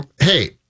hey